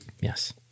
yes